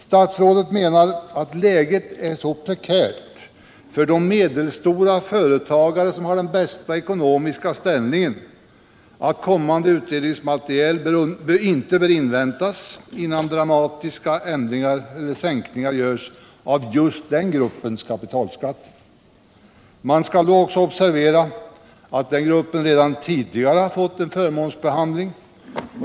Statsrådet menar att läget är så prekärt för de medelstora företag som har den bästa ekonomiska ställningen att kommande utredningsmaterial inte bör inväntas, innan dramatiska ändringar eller sänkningar görs av just den gruppens kapitalskatter. Man skall då också observera att den gruppen redan tidigare har fått en förmånsbehandling.